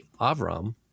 Avram